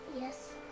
Yes